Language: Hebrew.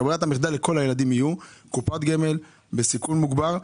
תהיה לכל הילדים קופת גמל בסיכון מוגבר.